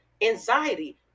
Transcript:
anxiety